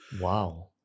Wow